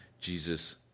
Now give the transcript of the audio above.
Jesus